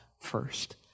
first